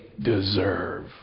deserve